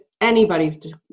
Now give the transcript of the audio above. anybody's